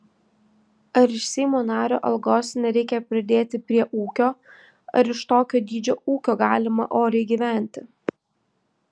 ar iš seimo nario algos nereikia pridėti prie ūkio ar iš tokio dydžio ūkio galima oriai gyventi